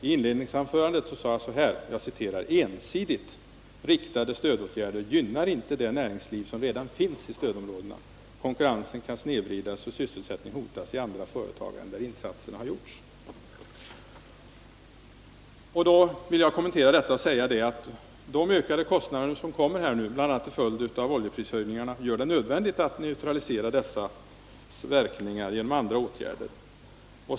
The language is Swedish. I inledningsanförandet sade jag så här: ”Ensidigt riktade stödåtgärder gynnar inte det näringsliv som redan finns i stödområdet. Konkurrensen kan snedvridas och sysselsättningen hotas i andra företag än där insatserna har gjorts.” Jag vill kommentera detta och säga: De ökade kostnader som nu kommer, bl.a. till följd av oljeprishöjningarna, gör det nödvändigt att neutralisera dessas verkningar genom andra åtgärder.